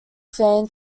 fan